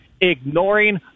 ignoring